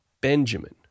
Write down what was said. Benjamin